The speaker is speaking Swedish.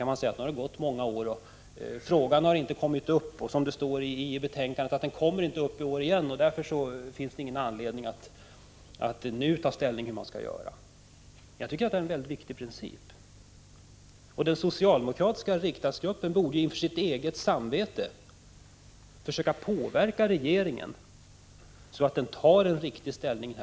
Man kan säga att det har gått många år utan att frågan har kommit upp — och att den inte kommer upp till behandling i år heller, som det står i betänkandet — och att det därför inte finns någon anledning att nu ta ställning till hur man skall göra. Jag tycker dock att det handlar om en mycket viktig princip. Den socialdemokratiska riksdagsgruppen borde för sitt eget samvetes skull försöka påverka regeringen till ett riktigt ställningstagande i denna fråga.